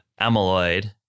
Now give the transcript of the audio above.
amyloid